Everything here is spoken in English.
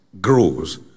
grows